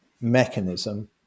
mechanism